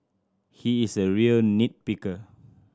he is a real nit picker